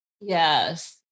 Yes